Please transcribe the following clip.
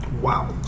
Wow